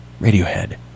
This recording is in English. Radiohead